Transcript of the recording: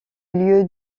milieu